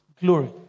glory